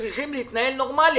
שצריכים להתנהל נורמלי.